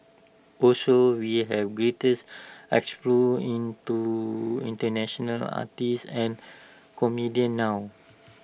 also we have greater explore into International artists and comedians now